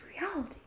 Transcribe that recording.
reality